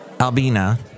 Albina